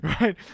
Right